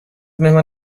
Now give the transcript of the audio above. مهمان